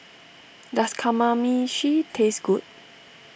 does Kamameshi taste good